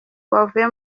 wavuye